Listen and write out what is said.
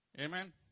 Amen